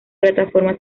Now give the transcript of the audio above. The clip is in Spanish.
plataforma